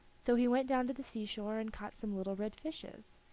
so he went down to the sea-shore and caught some little red fishes.